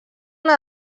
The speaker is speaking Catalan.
una